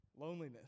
Loneliness